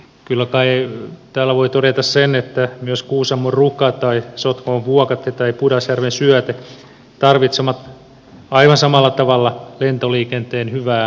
kyllä kai täällä voi todeta sen että myös kuusamon ruka tai sotkamon vuokatti tai pudasjärven syöte tarvitsevat aivan samalla tavalla lentoliikenteen hyvää toimivuutta